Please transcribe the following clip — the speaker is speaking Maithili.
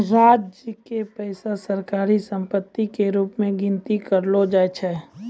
राज्य के पैसा सरकारी सम्पत्ति के रूप मे गनती करलो जाय छै